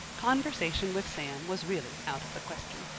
conversation with sam was really out of the question.